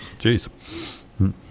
Jeez